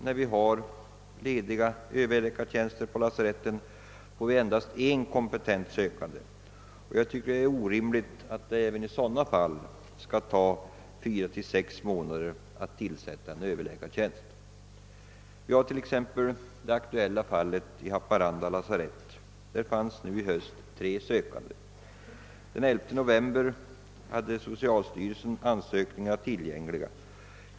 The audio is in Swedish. När överläkartjänster blir lediga får vi ofta endast en kompetent sökande, och jag tycker att det är orimligt att det även i sådana fall skall ta fyra till sex månader att tillsätta tjänsten. Jag kan t.ex. nämna det aktuella fallet på Haparanda lasarett. Där fanns i höstas tre sökande. Socialstyrelsen hade den 11 november ansökningarna tillgängliga.